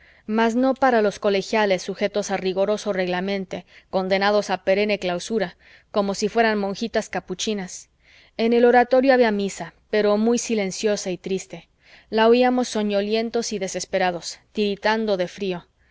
mas no para los colegiales sujetos a rigoroso reglamente condenados a perenne clausura como si fueran monjitas capuchinas en el oratorio había misa pero muy silenciosa y triste la oíamos soñolientos y desesperados tiritando de frío